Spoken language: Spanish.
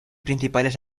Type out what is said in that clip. principales